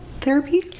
therapy